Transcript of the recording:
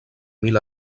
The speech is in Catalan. mil